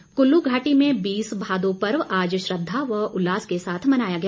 पर्व कुल्लू घाटी में बीस भादो पर्व आज श्रद्धा व उल्लास के साथ मनाया गया